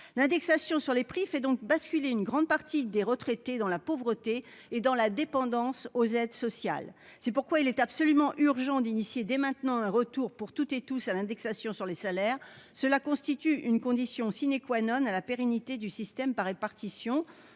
L'indexation sur les prix fait donc basculer une grande partie des retraités dans la pauvreté et dans la dépendance aux aides sociales. C'est pourquoi il est absolument urgent d'amorcer dès maintenant un retour pour toutes et tous à l'indexation sur les salaires. Cela constitue une condition de la pérennité du système par répartition.